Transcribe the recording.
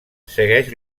segueix